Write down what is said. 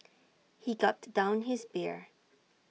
he gulped down his beer